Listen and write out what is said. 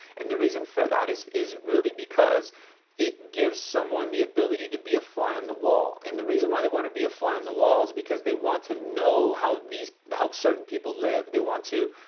and the reason for that is is really because it gives someone the ability to be a fly on the wall. and the reason why they want to be a fly on the wall, is because they want to know how these help certain people live. they want to,